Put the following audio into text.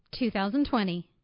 2020